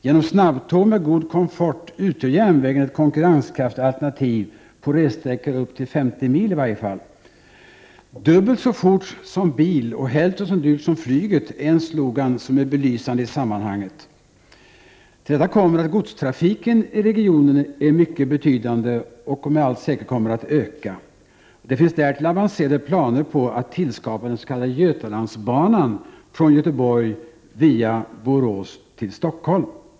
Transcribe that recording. Med hjälp av snabbtåg med god komfort skulle järnvägen utgöra ett konkurrenskraftigt alternativ — i alla fall på resesträckor upp till 50 mil. Dubbelt så fort som bil och hälften så dyrt som flyget, är en slogan som är belysande i sammanhanget. Till detta kommer att godstrafiken i regionen är mycket betydande och den kommer med all säkerhet att öka. Det finns därtill avancerade planer på att tillskapa den s.k. Götalandsbanan från Göteborg via Borås till Stockholm.